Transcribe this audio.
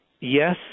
yes